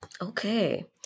Okay